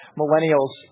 millennials